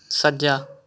ਸੱਜਾ